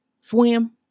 swim